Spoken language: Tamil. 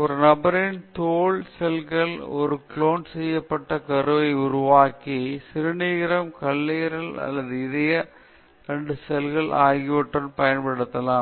ஒரு நபரின் தோல் செல்கள் ஒரு க்ளோன் செய்யப்பட்ட கருவை உருவாக்கி சிறுநீரகம் கல்லீரல் அல்லது இதயத் தண்டு செல்கள் ஆகியவற்றைப் பயன்படுத்தலாம்